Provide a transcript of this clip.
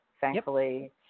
thankfully